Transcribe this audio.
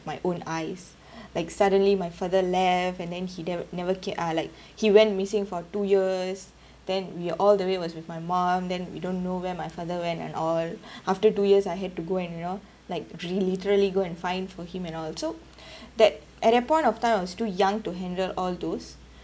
my own eyes like suddenly my father left and then he ne~ never came uh like he went missing for two years then we all the way was with my mom then we don't know where my father went and all after two years I had to go and you know like really literally go and find for him and all so that at that point of time I was too young to handle all those